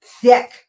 thick